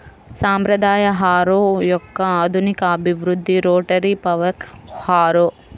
సాంప్రదాయ హారో యొక్క ఆధునిక అభివృద్ధి రోటరీ పవర్ హారో